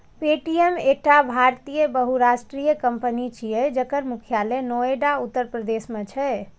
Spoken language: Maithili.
पे.टी.एम एकटा भारतीय बहुराष्ट्रीय कंपनी छियै, जकर मुख्यालय नोएडा, उत्तर प्रदेश मे छै